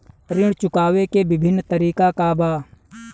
ऋण चुकावे के विभिन्न तरीका का बा?